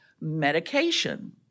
medication